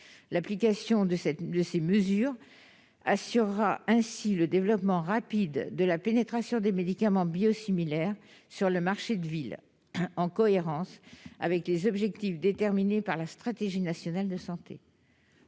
L'application de ces mesures assurera ainsi le développement rapide de la pénétration des médicaments biosimilaires sur le marché de ville, en cohérence avec les objectifs déterminés par la stratégie nationale de santé.